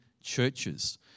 churches